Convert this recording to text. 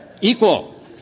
Equal